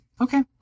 Okay